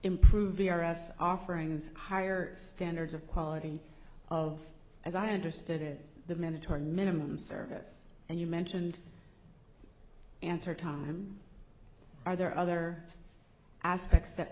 improve ers offerings higher standards of quality of as i understood it the mandatory minimum service and you mentioned answer time are there other aspects that